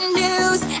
news